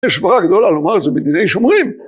יש ברכה גדולה לומר את זה בדיני שומרים